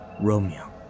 Romeo